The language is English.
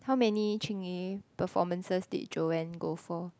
how many Chingay performances did Joann go for